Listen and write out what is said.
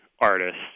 artists